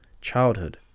childhood